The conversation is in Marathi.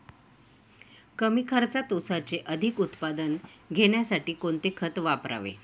कमी खर्चात ऊसाचे अधिक उत्पादन घेण्यासाठी कोणते खत वापरावे?